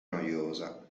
noiosa